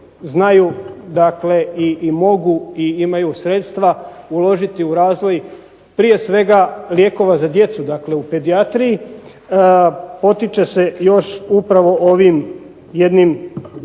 dakle i mogu i imaju sredstva uložiti u razvoj, prije svega lijekova za djecu, dakle u pedijatriji potiče se još upravo ovim jednim